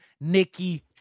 Nikki